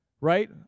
right